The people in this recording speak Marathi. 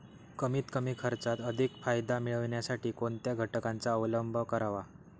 कमीत कमी खर्चात अधिक फायदा मिळविण्यासाठी कोणत्या घटकांचा अवलंब करावा?